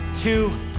two